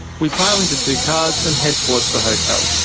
we pile into two cars, and head towards the hotel.